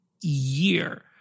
year